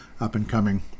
up-and-coming